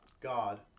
God